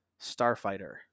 starfighter